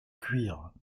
cuire